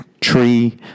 tree